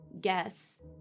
guess